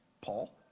Paul